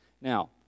Now